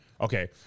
Okay